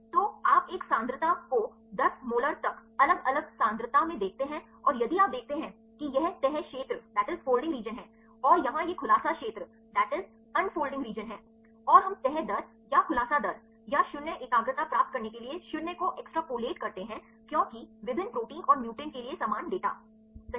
तो आप एक सांद्रता को 10 मोलर तक अलग अलग सांद्रता में देखते हैं और यदि आप देखते हैं कि यह तह क्षेत्र है और यहाँ यह खुलासा क्षेत्र है और हम तह दर या खुलासा दर या 0 एकाग्रता प्राप्त करने के लिए 0 को एक्सट्रपलेट करते हैं क्योंकि विभिन्न प्रोटीन और म्यूटेंट के लिए समान डेटा सही